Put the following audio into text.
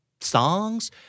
songs